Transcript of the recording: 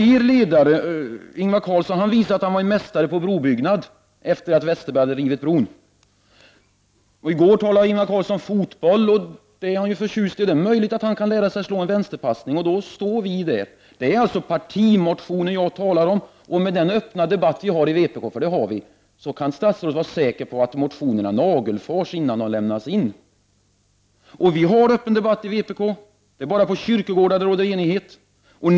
Er ledare, Ingvar Carlsson, visade att han var en mästare på brobyggande efter det att Westerberg hade rivit bron. I går talade Ingvar Carlsson fotboll — det är ju han förtjust i. Det är möjligt att han kan lära sig att göra en vänsterpassning — gör han det finns vi där. Det är partimotionen jag talar om. Med den öppna debatt vi har i vänsterpartiet — det har vi! — kan statsrådet vara säker på att motionerna nagelfars innan de lämnas in. Vi har en öppen debatt i vänsterpartiet — det är bara på kyrkogårdar det råder enighet.